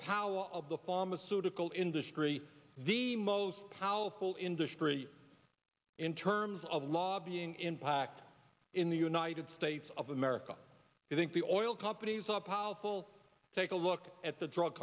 power of the pharmaceutical industry the most powerful industry in terms of lobbying impact in the united states of america i think the oil companies up our full take a look at the drug